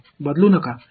இது என்னவாகிறது